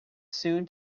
soon